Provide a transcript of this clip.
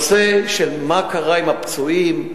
הנושא של מה קרה עם הפצועים,